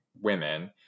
women